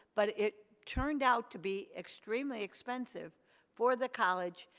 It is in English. but it turned out to be extremely expensive for the college.